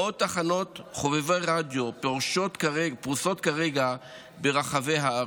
מאות תחנות חובבי רדיו פרוסות כרגע ברחבי הארץ,